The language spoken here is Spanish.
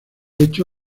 hecho